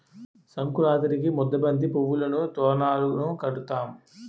సంకురాతిరికి ముద్దబంతి పువ్వులును తోరణాలును కట్టినాం